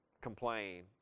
complain